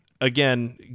Again